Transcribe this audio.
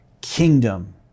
kingdom